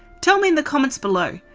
tell me in the comments below.